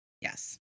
Yes